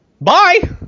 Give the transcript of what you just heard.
bye